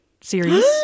series